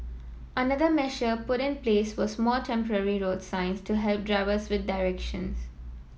another measure put in place was more temporary road signs to help drivers with directions